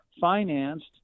financed